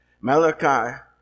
Malachi